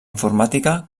informàtica